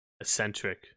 Eccentric